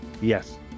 Yes